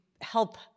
help